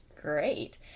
Great